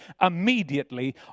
immediately